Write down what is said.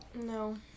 No